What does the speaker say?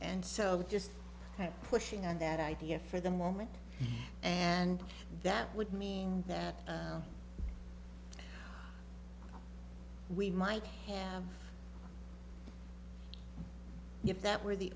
and so just pushing on that idea for the moment and that would mean that we might have if that were the